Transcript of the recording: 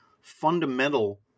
fundamental